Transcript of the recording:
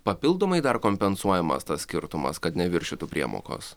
papildomai dar kompensuojamas tas skirtumas kad neviršytų priemokos